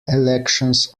elections